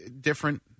different